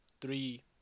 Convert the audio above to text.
three